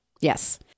Yes